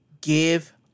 Give